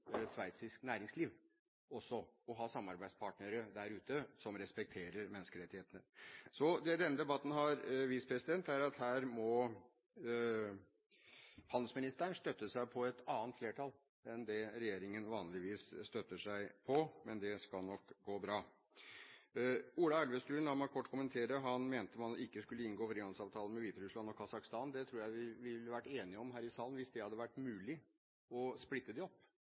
sveitsisk næringsliv også å ha samarbeidspartnere der ute som respekterer menneskerettighetene. Så det denne debatten har vist, er at her må handelsministeren støtte seg på et annet flertall enn det regjeringen vanligvis støtter seg på. Men det skal nok gå bra. La meg kort kommentere det Ola Elvestuen sa. Han mente man ikke skulle inngå frihandelsavtale med Hviterussland og Kasakhstan. Det tror jeg vi ville vært enige om her i salen hvis det hadde vært mulig å splitte dem opp,